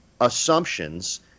assumptions